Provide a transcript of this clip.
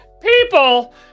people